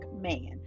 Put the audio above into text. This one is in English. man